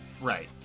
Right